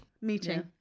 Meeting